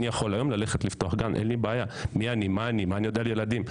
לא משנה מי אני ומה אני יודע על ילדים.